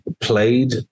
played